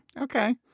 Okay